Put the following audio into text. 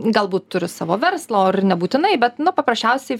galbūt turi savo verslą ir nebūtinai bet nu paprasčiausiai